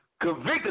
convicted